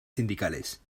sindicales